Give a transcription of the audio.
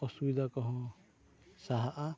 ᱚᱥᱩᱵᱤᱫᱷᱟ ᱠᱚᱦᱚᱸ ᱥᱟᱦᱟᱜᱼᱟ